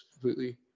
completely